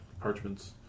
parchments